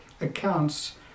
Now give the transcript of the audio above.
accounts